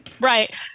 right